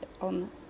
on